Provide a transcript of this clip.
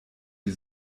die